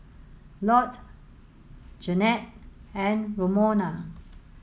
Lott Janette and Romona